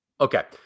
Okay